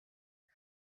you